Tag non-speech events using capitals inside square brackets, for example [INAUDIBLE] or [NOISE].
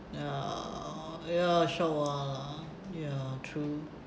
ya ya sure ya true [BREATH]